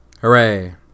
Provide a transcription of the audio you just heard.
hooray